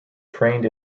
trained